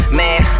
man